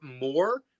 more